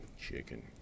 chicken